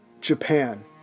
Japan